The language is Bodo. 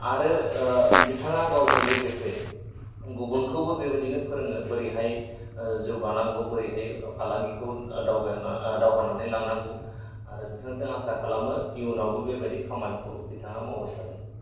आरो बिथाङा गावजों लोगोसे गुबुनखौबो बेबादिनो फोरोङो बोरैहाय जौगानांगौ बोरैहाय फालांगिखौ दावबायनानै लांनांगौ आरो बिथांजों आसा खालामो इयुनावबो बेबायदि खामानिखौ बिथाङा मावबाय थागोन